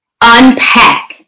unpack